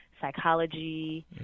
psychology